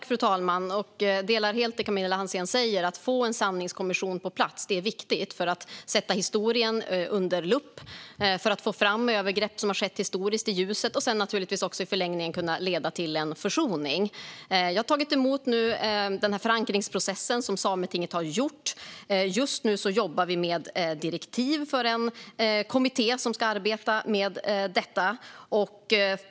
Fru talman! Jag instämmer helt i det Camilla Hansén säger. Att få en sanningskommission på plats är viktigt för att sätta historien under lupp och för att få fram övergrepp som har skett historiskt i ljuset. I förlängningen kan det leda till en försoning. Jag har tagit emot den förankringsprocess som Sametinget har gjort, och just nu jobbar vi med direktiv för en kommitté som ska arbeta med detta.